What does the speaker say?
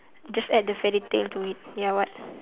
just add the fairy tale to it ya what